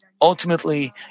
Ultimately